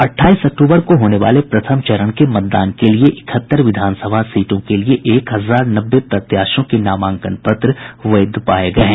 अट्ठाईस अक्टूबर को होने वाले प्रथम चरण के मतदान के लिए इकहत्तर विधानसभा सीटों के लिए एक हजार नब्बे प्रत्याशियों के नामांकन पत्र वैध पाये गये हैं